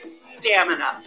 stamina